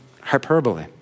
hyperbole